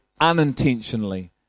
unintentionally